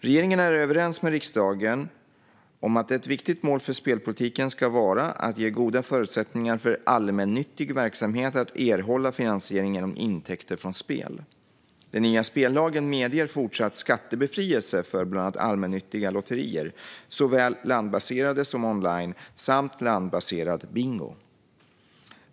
Regeringen är överens med riksdagen om att ett viktigt mål för spelpolitiken ska vara att ge goda förutsättningar för allmännyttig verksamhet att erhålla finansiering genom intäkter från spel. Den nya spellagen medger fortsatt skattebefrielse för bland annat allmännyttiga lotterier, såväl landbaserade som online, samt landbaserad bingo.